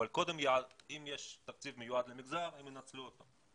אבל אם יש תקציב מיועד למגזר הם ינצלו אותו.